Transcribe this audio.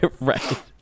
right